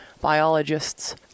biologists